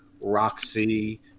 Roxy